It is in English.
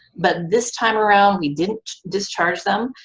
but this time around, we didn't discharge them.